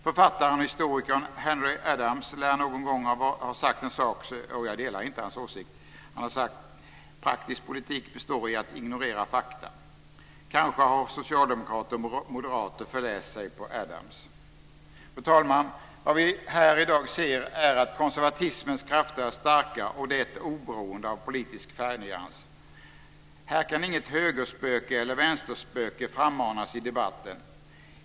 Författaren och historikern Henry Adams lär någon gång ha sagt - jag delar inte hans åsikt - att praktisk politik består i att ignorera fakta. Kanske har socialdemokrater och moderater förläst sig på Adams. Fru talman! Vad vi här i dag ser är att konservatismens krafter är starka, och det oberoende av politisk färgnyans. Här kan inget högerspöke eller vänsterspöke frammanas i debatten.